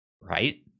right